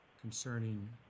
concerning